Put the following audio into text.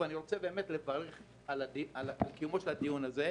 אני מברך על קיומו של הדיון הזה.